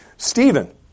Stephen